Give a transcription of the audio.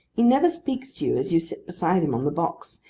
he never speaks to you as you sit beside him on the box,